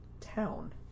Town